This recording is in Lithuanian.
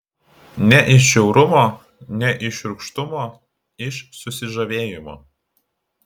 ne iš žiaurumo ne iš šiurkštumo iš susižavėjimo